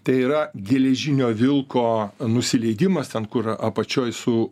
tai yra geležinio vilko nusileidimas ten kur apačioj su